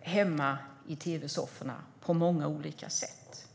hemma i tv-sofforna på många olika sätt.